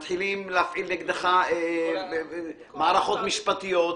מתחילים להפעיל נגדך מערכות משפטיות.